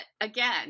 again